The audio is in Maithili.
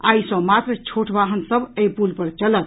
आइ सॅ मात्र छोट वाहन सभ एहि पुल पर चलत